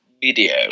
video